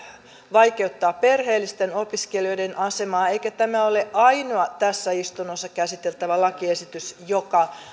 vaikeuttaa perheellisten opiskelijoiden asemaa eikä tämä ole ainoa tässä istunnossa käsiteltävä lakiesitys joka